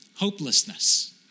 hopelessness